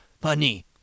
funny